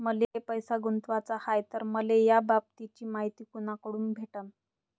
मले पैसा गुंतवाचा हाय तर मले याबाबतीची मायती कुनाकडून भेटन?